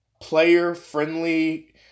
player-friendly